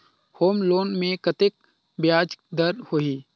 Home loan मे कतेक ब्याज दर होही?